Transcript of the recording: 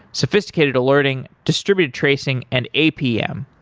sophisticated alerting, distributed tracing and apm.